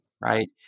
right